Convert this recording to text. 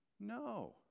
no